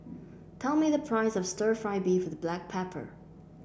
tell me the price of stir fry beef with Black Pepper